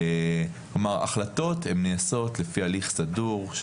כלומר החלטות הן נעשות לפי הליך סדור,